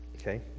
Okay